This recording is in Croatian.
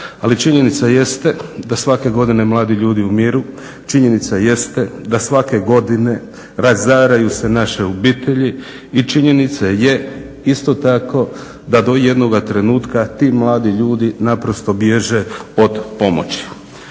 ali činjenica jeste da svake godine mladi ljudi umiru, činjenica jeste da svake godine razaraju se naše obitelji i činjenica je isto tako da do jednoga trenutka ti mladi ljudi naprosto bježe od pomoći.